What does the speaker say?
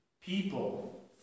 people